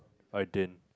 I didn't